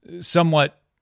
somewhat